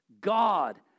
God